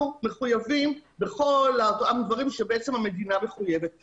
מחויבים בכל הדברים שבעצם המדינה מחויבת להם.